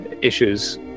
issues